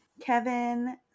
Kevin